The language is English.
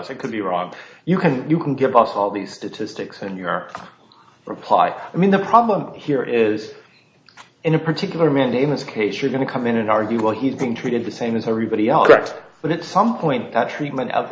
i could be wrong you can you can give us all these statistics and you are reply i mean the problem here is in a particular mandamus case you're going to come in and argue well he's being treated the same as everybody else but it's some point that treatment of